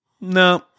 No